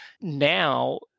now